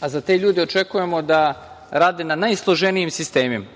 a za te ljude očekujemo da rade na najsloženijim sistemima.